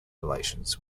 relations